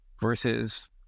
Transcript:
versus